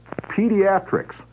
pediatrics